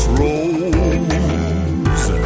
rose